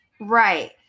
Right